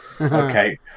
Okay